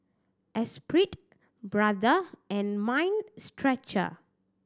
Espirit Brother and Mind Stretcher